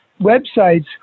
websites